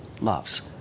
loves